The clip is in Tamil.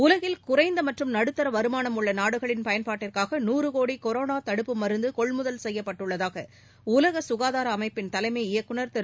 உலகில் குறைந்த மற்றும் நடுத்தர வருமானம் உள்ள நாடுகளின் பயன்பாட்டுக்காக நூறு கோடி கொரோனா தடுப்பு மருந்து கொள்முதல் செய்யப்பட்டுள்ளதாக உலக சுகாதார அமைப்பின் தலைமை இயக்குநர் திரு